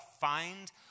find